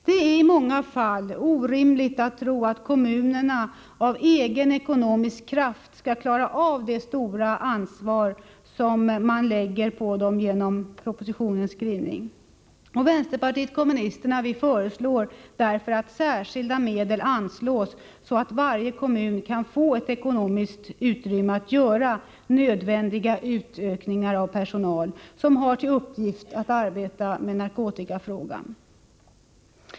Det är i många fall orimligt att tro att kommunerna av egen ekonomisk kraft skall klara av det stora ansvar som man lägger på dem genom propositionens skrivning. Vänsterpartiet kommunisterna föreslår därför att särskilda medel anslås så att varje kommun kan få ett ekonomiskt utrymme för att göra nödvändiga utökningar av den personal som har till uppgift att arbeta med narkotikafrågan.